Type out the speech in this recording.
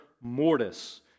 Mortis